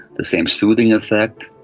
the same soothing effect,